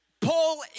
Paul